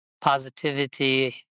positivity